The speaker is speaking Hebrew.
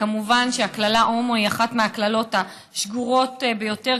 וכמובן הקללה הומו היא אחת מהקללות השגורות ביותר.